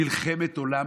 מלחמת עולם,